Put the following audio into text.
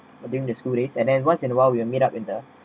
but during the school days and then once in a while we'll meet up in the